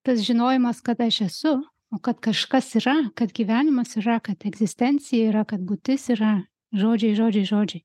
tas žinojimas kad aš esu o kad kažkas yra kad gyvenimas yra kad egzistencija yra kad būtis yra žodžiai žodžiai žodžiai